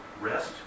rest